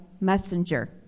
messenger